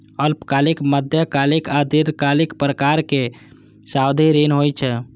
अल्पकालिक, मध्यकालिक आ दीर्घकालिक प्रकारक सावधि ऋण होइ छै